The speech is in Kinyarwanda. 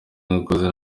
nakoze